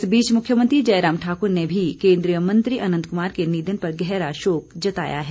इस बीच मुख्यमंत्री जयराम ठाकुर ने भी केंद्रीय मंत्री अनंत कुमार के निधन पर गहरा शोक जताया है